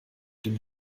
den